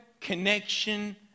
connection